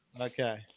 Okay